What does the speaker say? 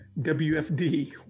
WFD